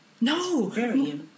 no